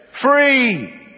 free